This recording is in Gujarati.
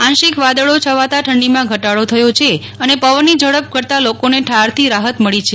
આંશિક વાદળો છવાતા ઠંડીમાં ઘટાડો થયો છે અને પવનની ઝડપ ઘટતા લોકો ને ઠારથી રાહૃત મળી છે